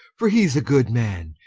for hee's a good man,